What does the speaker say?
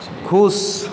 खुश